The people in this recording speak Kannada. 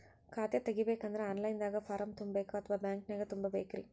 ಖಾತಾ ತೆಗಿಬೇಕಂದ್ರ ಆನ್ ಲೈನ್ ದಾಗ ಫಾರಂ ತುಂಬೇಕೊ ಅಥವಾ ಬ್ಯಾಂಕನ್ಯಾಗ ತುಂಬ ಬೇಕ್ರಿ?